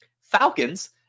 Falcons